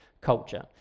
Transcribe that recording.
culture